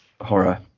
horror